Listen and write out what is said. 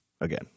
again